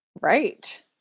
Right